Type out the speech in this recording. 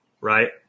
right